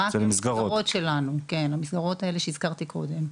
כן, למסגרות שהזכרתי קודם.